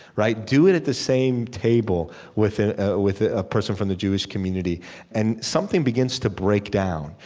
right? do it at the same table with ah with a person from the jewish community and something begins to break down.